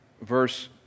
Verse